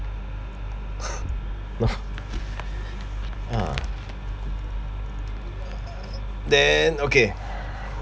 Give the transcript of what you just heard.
ah then okay